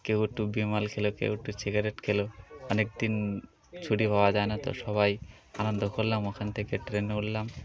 কেউ একটু বিমল খেলো কেউ একটু সিগারেট খেল অনেক দিন ছুটি পাওয়া যায় না তো সবাই আনন্দ করলাম ওখান থেকে ট্রেনে উঠলাম